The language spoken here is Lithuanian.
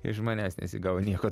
iš manęs nesigavo nieko